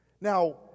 Now